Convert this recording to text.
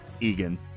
Egan